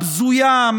בזויה,